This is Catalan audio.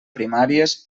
primàries